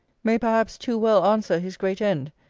may perhaps too well answer his great end,